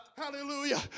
hallelujah